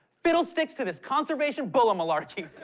fiddlesticks to this conservation bull-malarkey.